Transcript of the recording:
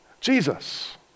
Jesus